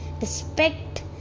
respect